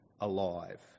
alive